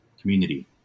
community